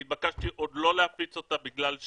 אני התבקשתי עוד לא להפיץ אותה כי כרגע